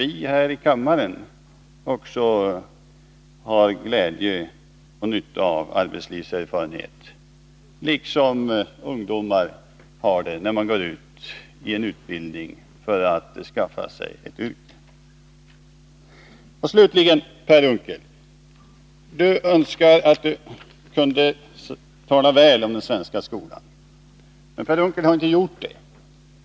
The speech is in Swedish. vi här i kammaren har glädje och nytta av arbetslivserfarenhet, liksom ungdomar har det, när de går ut från en utbildning för att skaffa sig ett yrke? Per Unckel önskade att han kunde tala väl om den svenska skolan. Men han har inte gjort det.